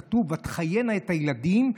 כתוב: "ותחייןָ את הילדים".